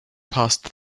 passed